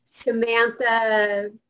Samantha